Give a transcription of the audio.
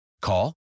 Call